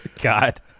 God